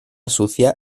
sucia